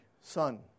son